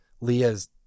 Leah's